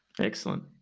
Excellent